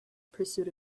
pursuit